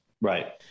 Right